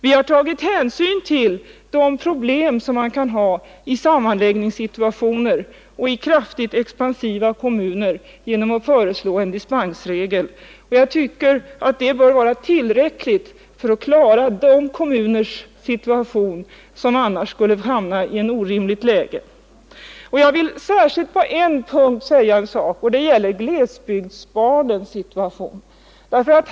Vi har tagit hänsyn till det problem som man kan ha i sammanläggningssituationer och i kraftigt expansiva kommuner genom att föreslå en dispensregel, och jag tycker att det bör vara tillräckligt för att klara situationen för de kommuner som annars skulle hamna i ett orimligt läge. Jag vill särskilt på denna punkt ta upp en sak, nämligen glesbygdsbarnens situation.